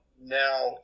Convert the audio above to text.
now